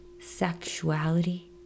sexuality